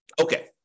Okay